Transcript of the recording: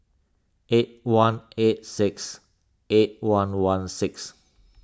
eight one eight six eight one one six